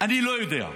אני לא יודע.